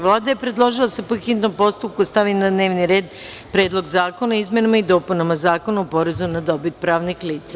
Vlada je predložila da se po hitnom postupku stavi na dnevni red – Predlog zakona o izmenama i dopunama Zakona o porezu na dobit pravnih lica.